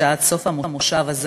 חברת הכנסת טלי פלוסקוב, בבקשה.